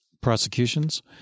prosecutions